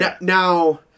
now